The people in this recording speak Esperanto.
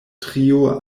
trio